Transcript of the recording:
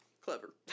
clever